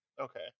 Okay